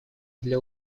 для